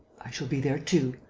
i shall be there too,